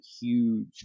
huge